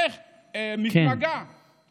איך מפלגה, כן.